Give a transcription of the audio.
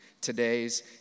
Today's